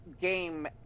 game